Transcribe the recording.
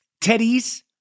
Teddy's